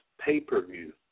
pay-per-view